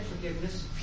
forgiveness